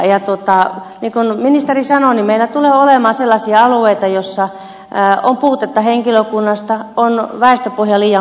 niin kuin ministeri sanoi meillä tulee olemaan sellaisia alueita joissa on puutetta henkilökunnasta on väestöpohja liian pieni